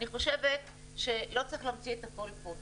אני חושבת שלא צריך להמציא את הכל פה,